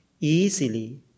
easily